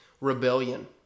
rebellion